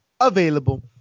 available